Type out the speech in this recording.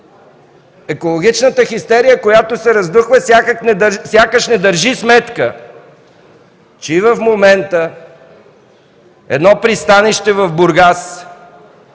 Екологичната хистерия, която се раздухва, сякаш не държи сметка, че и в момента през едно пристанище в Бургас,